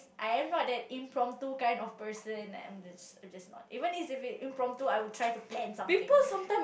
I am not that impromptu kind of person I'm just I'm just not even if it's impromptu I'll try to plan something